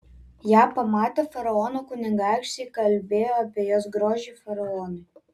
ją pamatę faraono kunigaikščiai kalbėjo apie jos grožį faraonui